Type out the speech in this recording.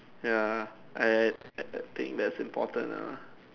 ya I think that's important lor ah